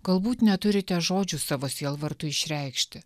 galbūt neturite žodžių savo sielvartui išreikšti